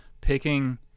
picking